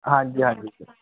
ਹਾਂਜੀ ਹਾਂਜੀ